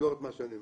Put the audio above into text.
את מה שאני אומר.